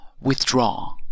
withdraw